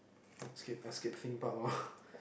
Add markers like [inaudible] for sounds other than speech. escape Escape-Theme-Park lor [breath]